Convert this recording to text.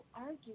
argue